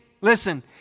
Listen